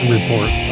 Report